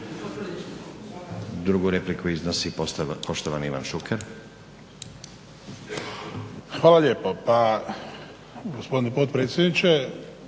Drugu repliku iznosi poštovani Ivan Šuker. **Šuker, Ivan (HDZ)** Hvala lijepo. Pa gospodine potpredsjedniče,